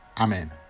Amen